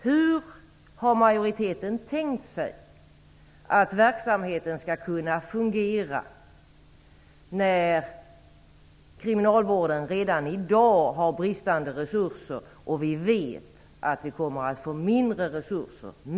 Hur har majoriteten tänkt sig att verksamheten skall kunna fungera när kriminalvården redan i dag har bristande resurser och vi vet att den kommer att få mindre resurser?